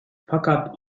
fakat